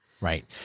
Right